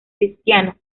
cristiana